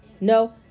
No